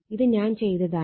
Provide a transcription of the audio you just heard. ഇത് ഞാൻ ചെയ്തതാണ്